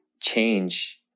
change